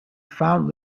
found